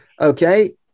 Okay